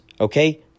Okay